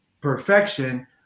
perfection